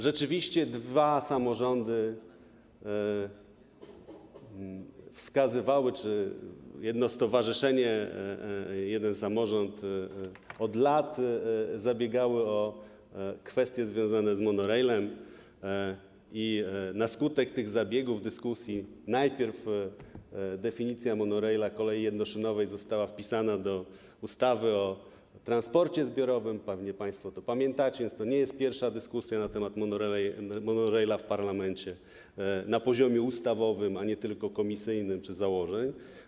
Rzeczywiście dwa samorządy wskazywały, czy też jedno stowarzyszenie, jeden samorząd, od lat zabiegały o kwestie związane z monorailem i na skutek tych zabiegów, dyskusji, najpierw definicja monoraila, kolei jednoszynowej, została wpisana do ustawy o transporcie zbiorowym - pewnie państwo to pamiętacie - więc to nie jest pierwsza dyskusja na temat monoraila w parlamencie na poziomie ustawowym, a nie tylko komisyjnym czy założeń.